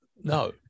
No